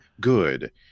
good